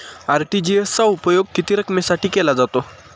RTGS चा उपयोग किती रकमेसाठी केला जातो?